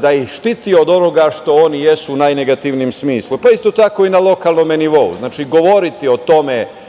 da ih štiti od onoga što oni jesu u najnegativnijem smislu. Isto tako i na lokalnom nivou. Znači, govoriti o tome,